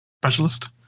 specialist